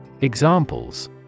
Examples